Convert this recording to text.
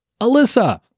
Alyssa